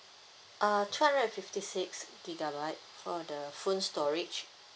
uh two hundred and fifty six gigabyte for the phone storage